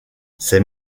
ses